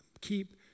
Keep